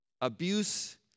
Abuse